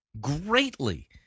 greatly